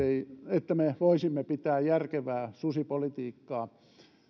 että me voisimme pitää järkevää susipolitiikkaa